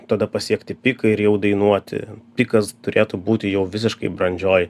tada pasiekti piką ir jau dainuoti pikas turėtų būti jau visiškai brandžioj